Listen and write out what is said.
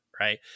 right